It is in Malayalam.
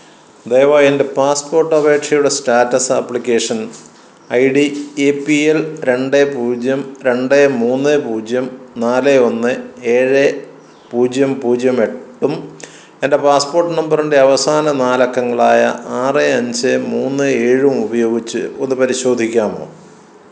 ദയവായി എൻ്റെ പാസ്പോർട്ട് അപേക്ഷയുടെ status application I D A P L രണ്ട് പൂജ്യം രണ്ട് മൂന്ന് പൂജ്യം നാല് ഒന്ന് ഏഴ് പൂജ്യം പൂജ്യം എട്ടും എൻ്റെ പാസ്പോർട്ട് നമ്പറിൻ്റെ അവസാന നാലക്കങ്ങളായ ആറ് അഞ്ച് മൂന്ന് ഏഴും ഉപയോഗിച്ച് ഒന്ന് പരിശോധിക്കാമോ